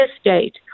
state